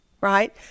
right